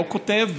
לא כותב,